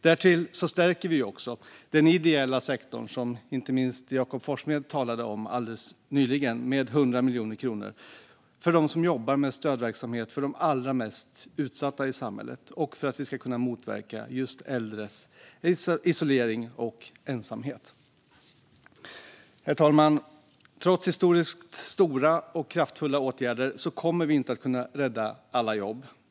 Därtill stärker vi också den ideella sektorn, som Jakob Forssmed talade om alldeles nyligen, med 100 miljoner kronor för dem som jobbar med stödverksamhet för de allra mest utsatta i samhället och för att vi ska kunna motverka äldres isolering och ensamhet. Herr talman! Trots historiskt stora och kraftfulla åtgärder kommer vi inte att kunna rädda alla jobb.